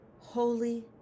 holy